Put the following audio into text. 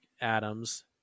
Adams